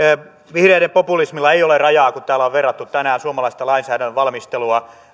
vihreiden populismilla ei ole rajaa kun täällä on verrattu tänään suomalaista lainsäädännön valmistelua